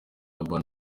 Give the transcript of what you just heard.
urban